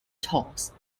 toss